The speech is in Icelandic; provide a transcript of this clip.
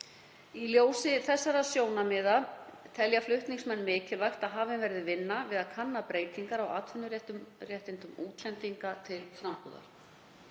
Í ljósi þessara sjónarmiða telja flutningsmenn mikilvægt að hafin verði vinna við að kanna breytingar á atvinnuréttindum útlendinga til frambúðar.